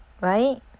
right